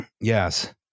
Yes